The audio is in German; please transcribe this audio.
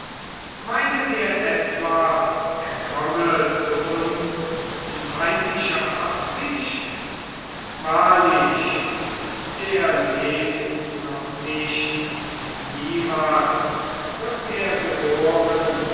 meinet ihr etwa er komme zu uns in feindlicher absicht wahrlich der lebt noch nicht und niemals wird er geboren